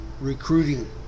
recruiting